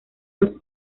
los